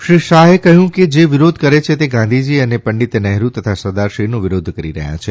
શ્રી શાહે કહ્યું કે જે વિરોધ કરે છે તે ગાંધીજી અમને પંડિત નહેરૂ તથા સરદારશ્રીનો વિરોધ કરી રહ્યા છે